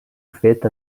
fet